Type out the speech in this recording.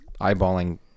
eyeballing